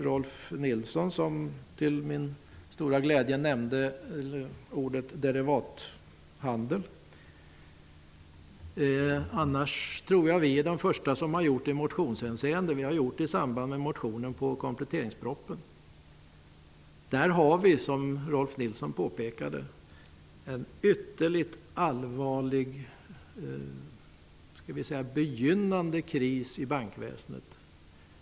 Rolf L Nilson nämnde till min stora glädje ordet derivathandel. Annars tror jag att vi var först om att nämna den i en motion, nämligen i en motion i anledning av kompletteringspropositionen. Som Rolf L Nilson påpekade har vi i det avseendet en ytterligt allvarlig begynnande kris i bankväsendet.